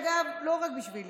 אגב, נלחמתי לא רק בשבילי.